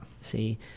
see